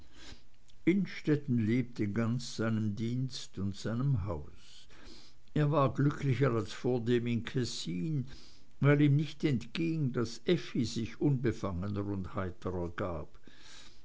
innstetten lebte ganz seinem dienst und seinem haus er war glücklicher als vordem in kessin weil ihm nicht entging daß effi sich unbefangener und heiterer gab